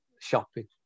shopping